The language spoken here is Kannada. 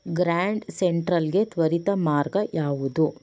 ಗ್ರ್ಯಾಂಡ್ ಸೆಂಟ್ರಲ್ಗೆ ತ್ವರಿತ ಮಾರ್ಗ ಯಾವುದು